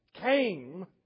came